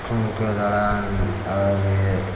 खून के दौरान और ये